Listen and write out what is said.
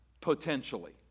potentially